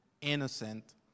innocent